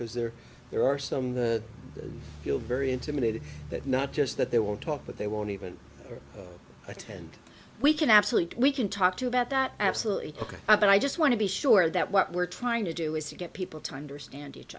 because there there are some feel very intimidated that not just that they will talk but they won't even attend we can absolutely we can talk to about that absolutely ok but i just want to be sure that what we're trying to do is to get people timed or standing each